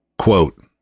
Quote